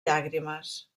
llàgrimes